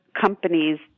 companies